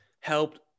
helped